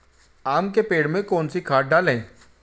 आम के पेड़ में कौन सी खाद डालें?